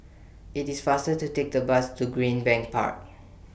IT IS faster to Take The Bus to Greenbank Park